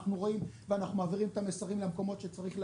אנחנו רואים ואנחנו מעבירים את המסרים למקומות שצריך להעביר.